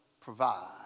provide